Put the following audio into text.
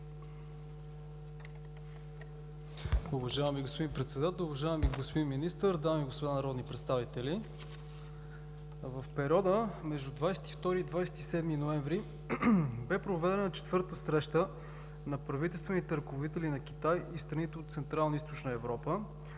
Уважаеми господин Председател, уважаеми господин Министър, дами и господа народни представители! В периода между 22 и 27 ноември бе проведена Четвъртата среща на правителствените ръководители на Китай и страните от Централна и Източна Европа